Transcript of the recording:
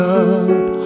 up